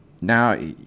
Now